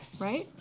right